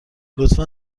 لطفا